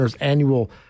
annual